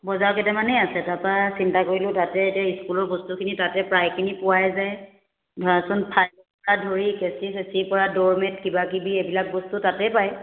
বজাৰ কেইটামানেই আছে তাৰপৰা চিন্তা কৰিলোঁ তাতে এতিয়া ইস্কুলৰ বস্তুখিনি তাতে প্ৰায়খিনি পোৱাই যায় ধৰাচোন ফাইলৰ পৰা ধৰি কেঁচি চেচিৰ পৰা ড'ৰ মেট কিবা কিবি এইবিলাক বস্তু তাতেই পায়